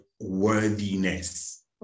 worthiness